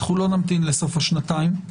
לא נמתין לסוף השנתיים.